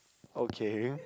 okay